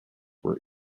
were